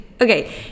Okay